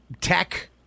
tech